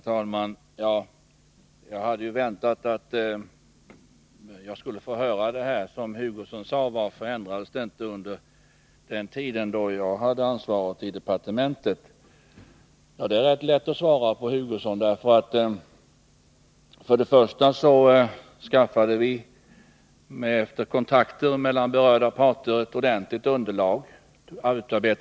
Herr talman! Jag hade väntat att Kurt Hugosson skulle fråga varför förhållandena inte ändrades under den tid då jag hade ansvaret i departementet. Det är rätt lätt att svara, Kurt Hugosson. För det första utarbetade vi efter kontakter med berörda parter ett ordentligt underlag.